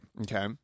Okay